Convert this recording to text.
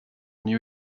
new